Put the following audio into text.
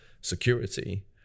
security